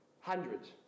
hundreds